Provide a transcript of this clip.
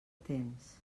temps